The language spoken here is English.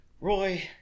Roy